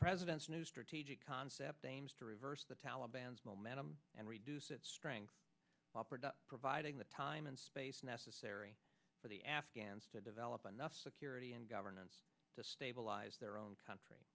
president's new strategic concept aims to reverse the taliban's momentum and reduce its strength providing the time and space necessary for the afghans to develop enough security and governance to stabilize their own country